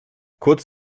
kurz